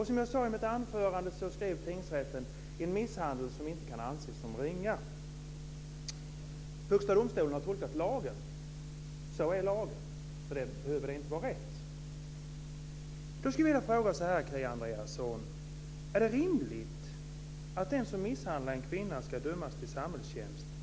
Som jag sade i mitt anförande skrev tingsrätten: en misshandel som inte kan anses som ringa. Högsta domstolen har tolkat lagen. Så är lagen. För det behöver det inte vara rätt. Då skulle jag vilja fråga Kia Andreasson: Är det rimligt att en som misshandlar en kvinna ska dömas till samhällstjänst?